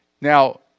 Now